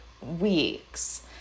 weeks